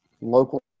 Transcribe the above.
local